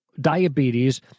diabetes